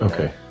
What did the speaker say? Okay